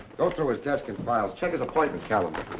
go through his desk and files. check his appointments calendar.